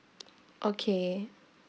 okay